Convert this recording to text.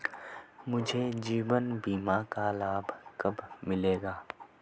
मुझे जीवन बीमा का लाभ कब मिलेगा?